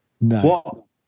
No